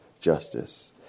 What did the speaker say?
justice